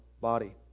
body